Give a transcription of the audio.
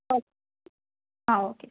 okay ஆ okay